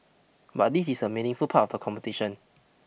but this is a meaningful part of the competition